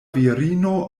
virino